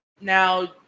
now